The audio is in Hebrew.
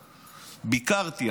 ביקרתי,